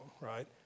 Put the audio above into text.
right